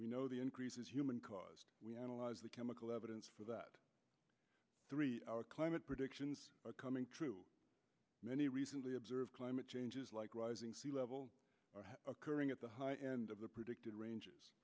we know the increase is human cause we analyze the chemical evidence for that three hour climate predictions coming true many recently observed climate changes like rising sea level occurring at the high end of the predicted ranges